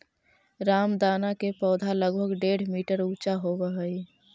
रामदाना के पौधा लगभग डेढ़ मीटर ऊंचा होवऽ हइ